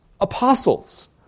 apostles